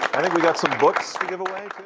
i think we got some books to give away,